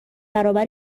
برابر